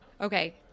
Okay